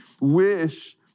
wish